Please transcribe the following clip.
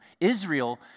Israel